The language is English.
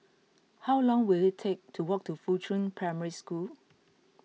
how long will it take to walk to Fuchun Primary School